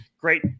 Great